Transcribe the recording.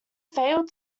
failed